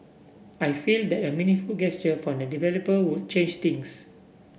I feel that a meaningful gesture from the developer would change things